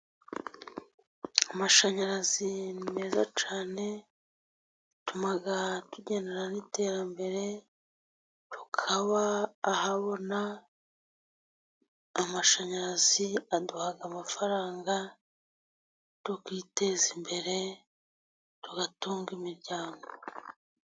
Amashanyarazi ni meza cyane atuma tugendana n'iterambere tukaba ahabona, amashanyarazi aduha amafaranga tukiteza imbere tugatunga imiryango.